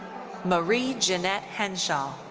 marie jeanette henshaw.